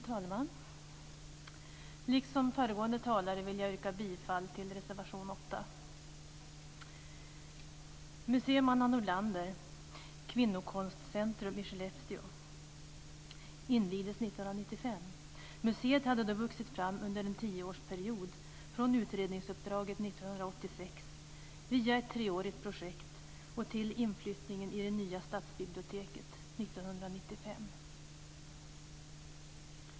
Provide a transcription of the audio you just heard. Fru talman! Liksom föregående talare yrkar jag bifall till reservation 8. Skellefteå, invigdes 1995. Museet hade då vuxit fram under en tioårsperiod från utredningsuppdraget 1986 via ett treårigt projekt och till inflyttningen i det nya stadsbiblioteket 1995.